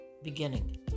Beginning